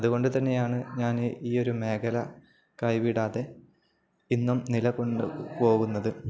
അതുകൊണ്ടുതന്നെയാണു ഞാന് ഈ ഒരു മേഖല കൈവിടാതെ ഇന്നും നിലകൊണ്ടു പോകുന്നത്